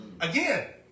Again